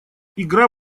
игра